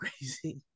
crazy